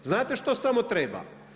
Znate što samo treba?